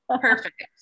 perfect